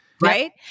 Right